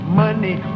money